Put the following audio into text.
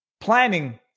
planning